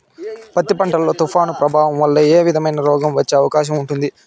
పత్తి పంట లో, తుఫాను ప్రభావం వల్ల ఏ విధమైన రోగం వచ్చే అవకాశం ఉంటుంది?